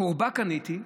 חורבה קניתי,